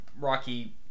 Rocky